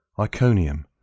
Iconium